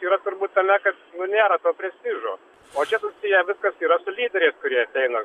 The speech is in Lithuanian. yra turbūt tame kad nu nėra ko prestižo o čia susiję viskas yra su lyderiais kurie ateina